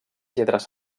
lletres